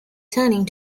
turning